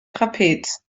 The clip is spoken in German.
trapez